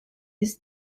his